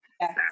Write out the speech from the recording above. yes